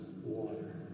water